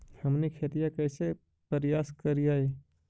हमनी खेतीया कइसे परियास करियय?